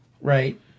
Right